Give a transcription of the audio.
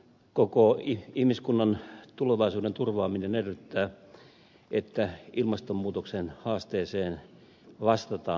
koko ihmiskunnan tulevaisuuden turvaaminen edellyttää että ilmastonmuutoksen haasteeseen vastataan